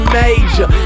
major